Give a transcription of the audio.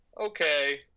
okay